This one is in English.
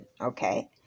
okay